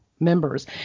Members